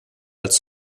als